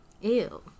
Ew